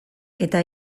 eta